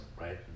right